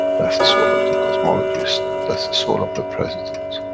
that's the soul of the cosmologist, that's the soul of a president.